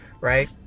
right